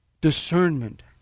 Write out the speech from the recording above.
Discernment